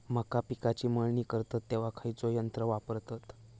मका पिकाची मळणी करतत तेव्हा खैयचो यंत्र वापरतत?